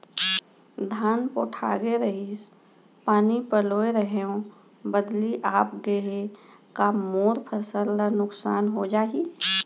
धान पोठागे रहीस, पानी पलोय रहेंव, बदली आप गे हे, का मोर फसल ल नुकसान हो जाही?